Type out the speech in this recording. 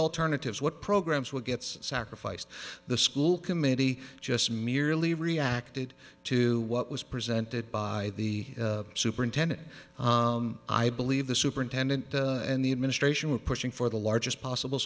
alternatives what programs were gets sacrificed the school committee just merely reacted to what was presented by the superintendent i believe the superintendent and the administration were pushing for the largest possible